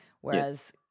Whereas